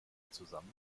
zusammen